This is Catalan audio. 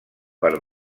per